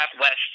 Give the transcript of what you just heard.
West